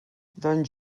doncs